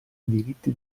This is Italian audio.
diritti